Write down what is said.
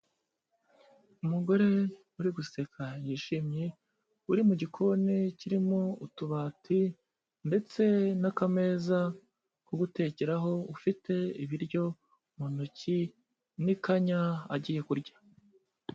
Umugore uri guseka yishimye, uri mu gikoni kirimo utubati ndetse n'akameza ko gutekeraho, ufite ibiryo mu ntoki n'ikanya agiye kurya.